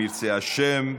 אם ירצה השם,